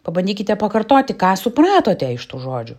pabandykite pakartoti ką supratote iš tų žodžių